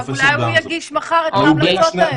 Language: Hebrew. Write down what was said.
אולי הוא יגיש מחר את ההמלצות האלה?